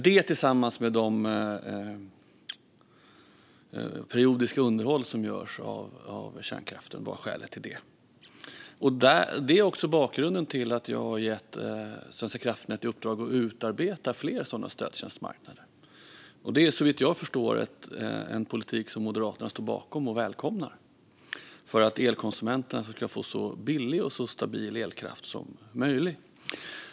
Detta tillsammans med de periodiska underhåll som görs av kärnkraften var skälet till detta. Det är också bakgrunden till att jag har gett Svenska kraftnät i uppdrag att utarbeta fler sådana stödtjänstmarknader. Såvitt jag förstår är det en politik som Moderaterna står bakom och välkomnar för att elkonsumenterna ska få så billig och stabil elkraft som möjligt.